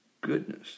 goodness